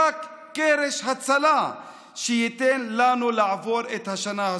רק קרש הצלה שייתן לנו לעבור את השנה הזאת.